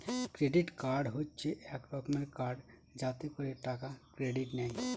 credit card হচ্ছে এক রকমের কার্ড যাতে করে টাকা ক্রেডিট নেয়